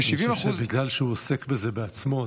אני חושב שבגלל שהוא עוסק בזה בעצמו,